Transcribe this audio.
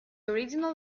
original